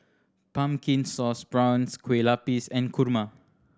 Pumpkin Sauce Prawns Kueh Lapis and kurma